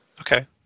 okay